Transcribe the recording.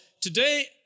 today